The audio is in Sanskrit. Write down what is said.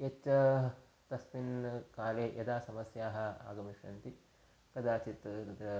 यच्च तस्मिन् काले यदा समस्याः आगमिष्यन्ति कदाचित् तत्र